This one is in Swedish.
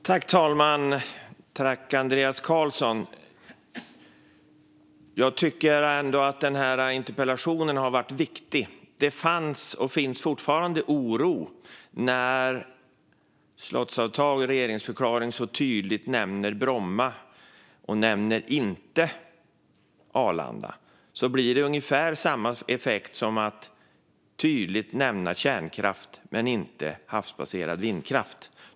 Fru talman! Jag tycker ändå att den här interpellationen har varit viktig. Det fanns och finns fortfarande oro. När slottsavtalet och regeringsförklaringen så tydligt nämner Bromma men inte Arlanda blir det ungefär samma effekt som när man tydligt nämner kärnkraft men inte havsbaserad vindkraft.